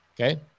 Okay